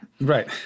right